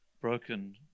broken